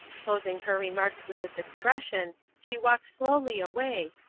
closing her remarks with this expression, she walked slowly away,